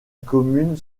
commune